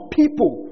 people